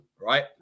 right